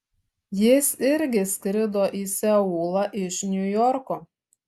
jis irgi skrido į seulą iš niujorko